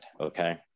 okay